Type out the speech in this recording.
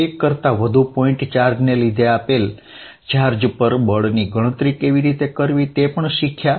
એક કરતા વધુ પોઇન્ટ ચાર્જને લીધે આપેલ ચાર્જ પર બળની ગણતરી કેવી રીતે કરવી તે પણ શિખ્યા